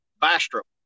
Bastrop